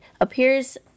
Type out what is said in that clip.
appears